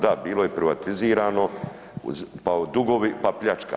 Da, bilo je privatizirano, pa dugovi, pa pljačka.